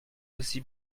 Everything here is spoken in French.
aussi